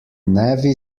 navy